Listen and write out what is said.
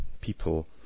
people